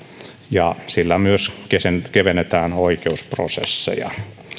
ja sillä myös kevennetään oikeusprosesseja